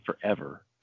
forever